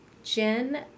Jen